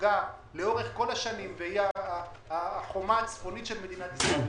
שספגה לאורך כל השנים והיא החומה הצפונית של מדינת ישראל,